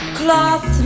cloth